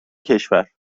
کشور